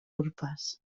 urpes